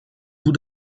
bout